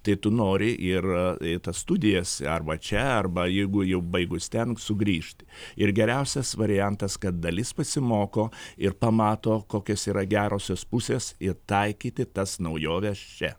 tai tu nori ir į tas studijas arba čia arba jeigu jau baigus ten sugrįžti ir geriausias variantas kad dalis pasimoko ir pamato kokios yra gerosios pusės ir taikyti tas naujoves čia